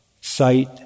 sight